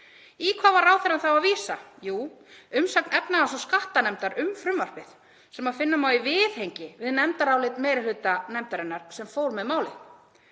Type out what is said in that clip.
Í hvað var ráðherra að vísa? Jú, umsögn efnahags- og skattanefndar um frumvarpið sem finna má í viðhengi við nefndarálit meiri hluta nefndarinnar sem fór með málið.